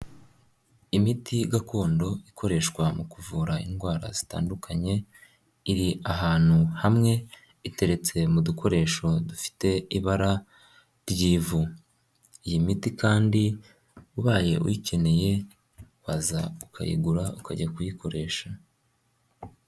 Imiti gakondo ikoreshwa mu kuvura indwara zitandukanye, iri ahantu hamwe, iteretse mu dukoresho dufite ibara ry'ivu, iyi miti kandi ubaye uyikeneye waza ukayigura ukajya kuyikoresha.